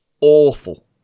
awful